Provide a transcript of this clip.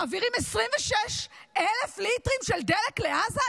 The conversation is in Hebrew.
מעבירים 26,000 ליטרים של דלק לעזה?